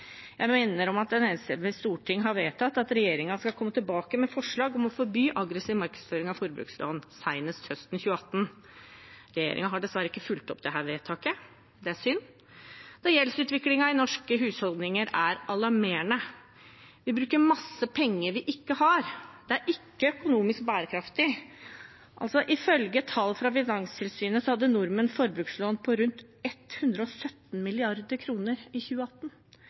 Jeg minner om at et enstemmig storting vedtok at regjeringen skulle komme tilbake med forslag om å forby aggressiv markedsføring av forbrukslån senest høsten 2018. Regjeringen har dessverre ikke fulgt opp dette vedtaket. Det er synd, da gjeldsutviklingen i norske husholdninger er alarmerende. Vi bruker masse penger vi ikke har. Det er ikke økonomisk bærekraftig. Ifølge tall fra Finanstilsynet hadde nordmenn forbrukslån på rundt 117 mrd. kr i 2018.